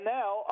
now